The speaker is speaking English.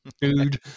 dude